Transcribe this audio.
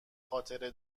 خاطره